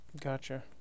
Gotcha